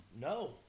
No